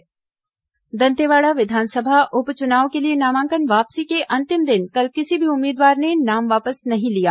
दंतेवाड़ा उप चुनाव दंतेवाड़ा विधानसभा उप चुनाव के लिए नामांकन वापसी के अंतिम दिन कल किसी भी उम्मीदवार ने नाम वापस नहीं लिया